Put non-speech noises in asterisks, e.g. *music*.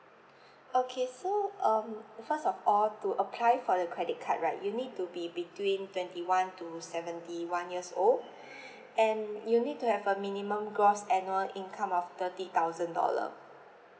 *breath* okay so um first of all to apply for the credit card right you need to be between twenty one to seventy one years old *breath* and you need to have a minimum gross annual income of thirty thousand dollar